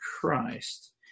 Christ